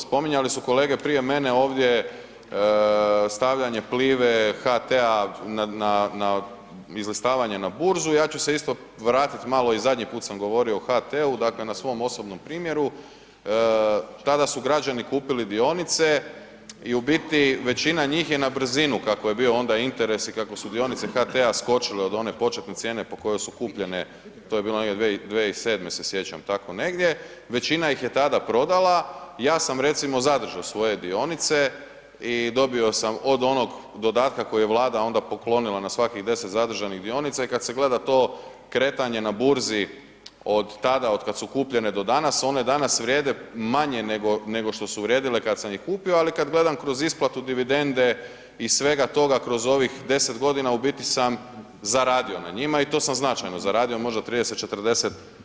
Spominjali su kolege prije mene ovdje stavljanje Plive, HT-a, na, na izlistavanje na burzu, ja ću se isto vratit malo i zadnji put sam govorio o HT-u, dakle na svom osobnom primjeru, tada su građani kupili dionice i u biti većina njih je na brzinu kako je bio onda interes i kako su dionice HT-a skočile od one početne cijene po kojoj su kupljene, to je bilo negdje 2007. se sjećam, tako negdje, većina ih je tada prodala, ja sam recimo zadržo svoje dionice i dobio sam od onog dodatka koji je Vlada onda poklonila na svakih 10 zadržanih dionica i kad se gleda to kretanje na burzi od tada otkad su kupljenje do danas, one danas vrijede manje nego, nego što su vrijedile kad sam ih kupio ali kada gledam kroz isplatu dividende i svega toga kroz ovih deset godina u biti sam zaradio na njima i to sam značajno zaradio, možda 30, 40%